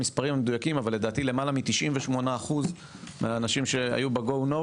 לדעתי למעלה מ-98% מהאנשים שהיו בגו נו